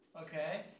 okay